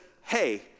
hey